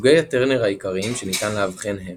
סוגי הטרנר העיקריים שניתן לאבחן הם